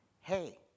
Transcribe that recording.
hey